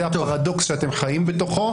זה הפרדוקס שאתם חיים בתוכו,